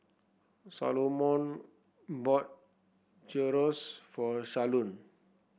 Salomon bought Gyros for Shalon